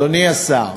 אדוני השר,